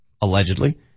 allegedly